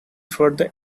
further